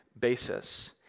basis